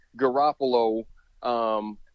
Garoppolo –